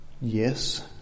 Yes